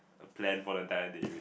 a plan for the entire day